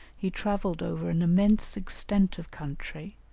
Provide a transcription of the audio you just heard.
he travelled over an immense extent of country,